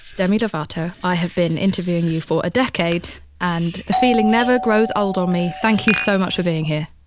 demi lovato. i have been interviewing you for a decade and the feeling never grows old on me. thank you so much for being here